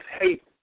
hate